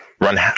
run